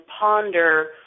ponder